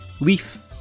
Leaf